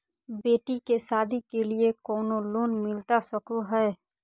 बेटी के सादी के लिए कोनो लोन मिलता सको है?